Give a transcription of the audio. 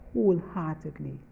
wholeheartedly